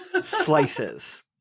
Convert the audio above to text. slices